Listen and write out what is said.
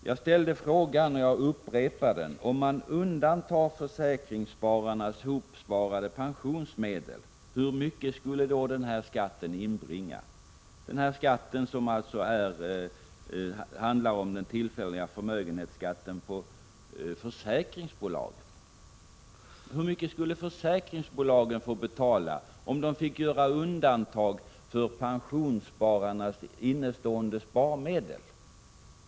Jag ställde frågan och jag upprepar den: Om man undantar försäkringsspararnas hopsparade pensionsmedel, hur mycket skulle då den tillfälliga förmögenhetsskatten på försäkringsbolagen inbringa? Hur mycket skulle försäkringsbolagen få betala, om de fick göra undantag för pensionsspararnas innestående sparmedel?